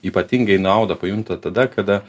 ypatingai naudą pajunta tada kada